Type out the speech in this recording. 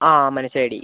ആ മനസ്സിലായി എടീ